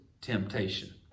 temptation